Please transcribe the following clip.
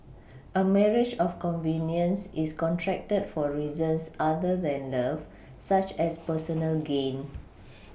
a marriage of convenience is contracted for reasons other than love such as personal gain